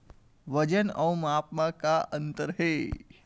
वजन अउ माप म का अंतर हे?